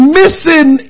missing